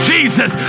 Jesus